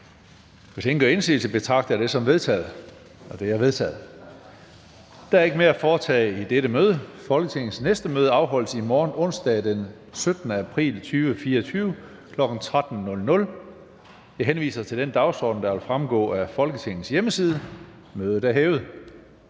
Tredje næstformand (Karsten Hønge): Der er ikke mere at foretage i dette møde. Folketingets næste møde afholdes i morgen, onsdag den 17. april 2024, kl. 13.00. Jeg henviser til den dagsorden, der vil fremgå af Folketingets hjemmeside. Mødet er hævet.